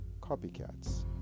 copycats